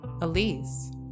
Elise